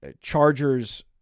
Chargers